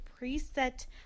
preset